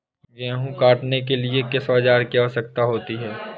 गेहूँ काटने के लिए किस औजार की आवश्यकता होती है?